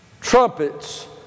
Trumpets